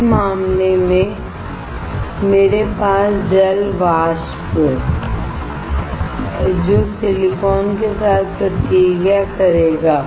उस मामले में मेरे पास जल वाष्प है जो सिलिकॉन के साथ प्रतिक्रिया करेगा